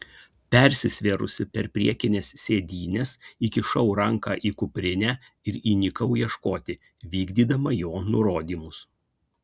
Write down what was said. persisvėrusi per priekines sėdynes įkišau ranką į kuprinę ir įnikau ieškoti vykdydama jo nurodymus